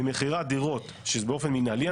ממכירת דירות שזה באופן מנהלי,